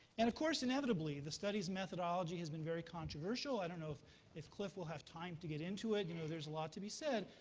and of course, inevitably, the study's methodology has been very controversial. i don't know if if cliff will have time to get into it. you know there's a lot to be said.